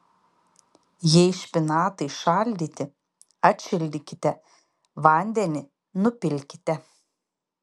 jei špinatai šaldyti atšildykite vandenį nupilkite